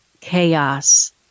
chaos